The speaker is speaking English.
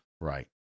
Right